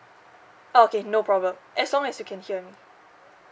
okay no problem as long as you can hear me